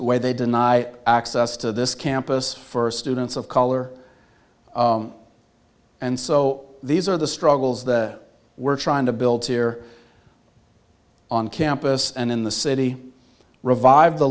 where they deny access to this campus for students of color and so these are the struggles that we're trying to build here on campus and in the city revive the